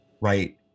right